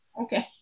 okay